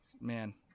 man